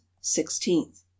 sixteenth